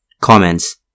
Comments